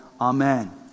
Amen